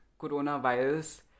coronavirus